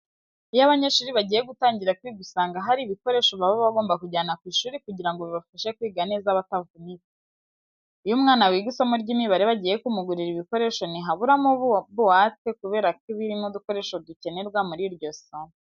Iyo abanyeshuri bagiye gutangira kwiga usanga hari ibikoresho baba bagomba kujyana ku ishuri kugira ngo bibafashe kwiga neza batavunitse. Iyo umwana wiga isomo ry'imibare bagiye kumugurira ibikoresho ntihaburamo buwate kubera ko iba irimo udukoresho dukenerwa muri iryo somo.